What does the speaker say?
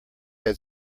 had